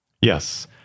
Yes